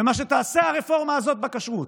ומה שתעשה הרפורמה הזאת בכשרות,